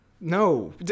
No